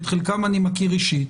את חלקם אני מכיר אישית,